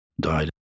died